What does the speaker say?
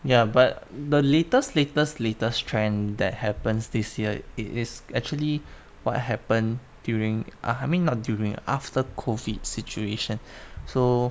ya but the latest latest latest trend that happens this year it is actually what happened during I mean not during after COVID situation so